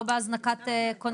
לא בהזנקת כוננים.